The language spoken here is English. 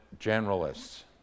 generalists